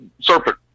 serpent